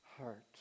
heart